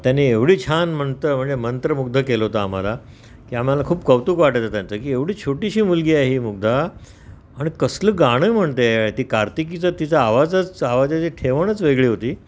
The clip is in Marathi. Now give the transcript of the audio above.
त्यां त्याने एवढी छान म्हणत म्हणजे मंत्रमुग्ध केलं होतं आम्हाला की आम्हाला खूप कौतुक वाटायचं त्यांचं की एवढी छोटीशी मुलगी आहे ही मुग्धा आणि कसलं गाणं म्हणते ती कार्तिकीचा तिचा आवाजच आवाजाची ठेवणच वेगळी होती